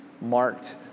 marked